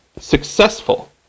successful